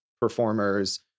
performers